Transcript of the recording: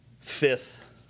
fifth